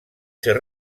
ser